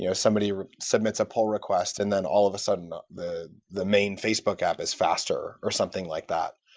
you know somebody submits a poll request and then all of a sudden, the the main facebook app is faster, or something like that.